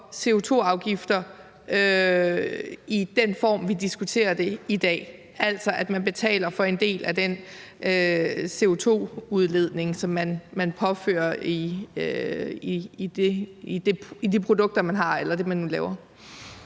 at man betaler for en del af den CO2-udledning, som følger af den produktion, man har, eller det, man nu laver?